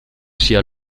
sia